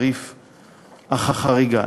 תעריף החריגה.